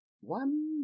one